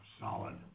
solid